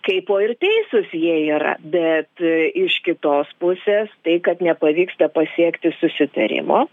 kaipo ir teisūs jie yra bet iš kitos pusės tai kad nepavyksta pasiekti susitarimo